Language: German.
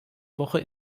woche